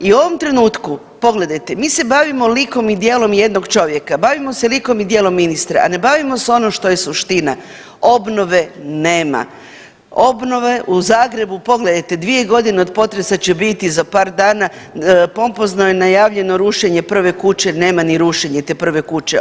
I u ovom trenutku, pogledajte, mi se bavimo likom i djelom jednog čovjeka, bavimo se likom i djelom ministra, a ne bavimo se ono što je suština obnove nema, obnove u Zagrebu pogledajte dvije godine od potresa će biti za par dana pompozno je najavljeno rušenje prve kuće, nema ni rušenja te prve kuće.